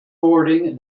boarding